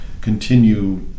continue